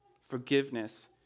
forgiveness